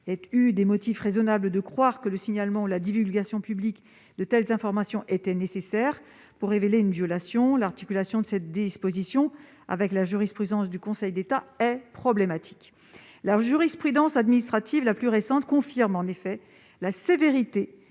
aient eu des motifs raisonnables de croire que le signalement ou la divulgation publique de telles informations était nécessaire pour révéler une violation. Toutefois, l'articulation de cette disposition avec la jurisprudence du Conseil d'État est problématique. En effet, la jurisprudence administrative la plus récente confirme la sévérité